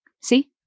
See